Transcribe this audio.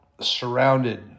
surrounded